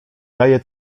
daje